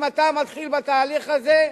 אם אתה מתחיל בתהליך הזה,